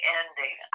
ending